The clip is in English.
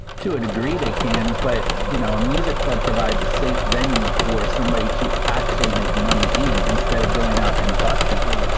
to a degree they can. but, you know, a music club provides a safe venue for somebody to actually make money in instead of going out and busking.